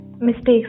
Mistakes